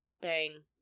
bang